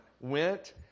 went